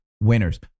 winners